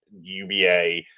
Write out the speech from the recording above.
UBA